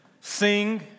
sing